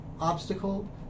obstacle